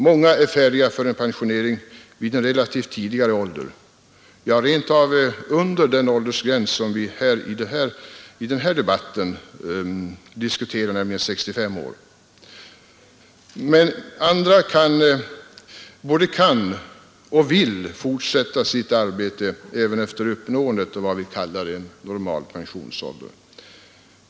Många är färdiga för pensionering redan vid en tidigare ålder, ja rent av innan de uppnått ens den åldersgräns som vi här diskuterar, 65 år. Men andra både kan och vill fortsätta sitt arbete även efter uppnåendet av vad vi kallar en normal pensionsålder.